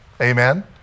Amen